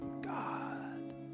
God